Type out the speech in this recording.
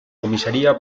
comisaría